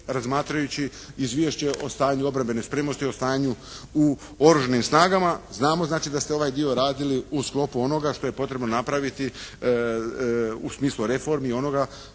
razmatrajući izvješće o stanju obrambene spremnosti, o stanju u Oružanim snagama. Znamo znači da ste ovaj dio radili u sklopu onoga što je potrebno napraviti u smislu reformi i onoga